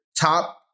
top